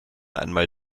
einmal